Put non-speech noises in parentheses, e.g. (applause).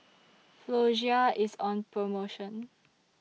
(noise) Floxia IS on promotion